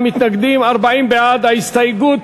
קבוצת סיעת יהדות התורה,